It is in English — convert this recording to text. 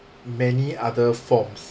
many other forms